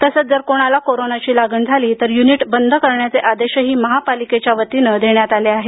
तसंच जर कोणाला कोरोना ची लागण झाली तर युनिट बंद करण्याचे आदेशही महापालिकेच्या वतीने देण्यात आले आहेत